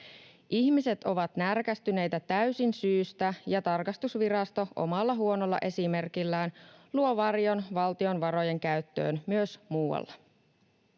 Ihmiset ovat närkästyneitä täysin syystä, ja tarkastusvirasto omalla huonolla esimerkillään luo varjon valtion varojen käyttöön myös muualla.